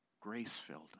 grace-filled